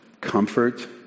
comfort